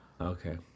Okay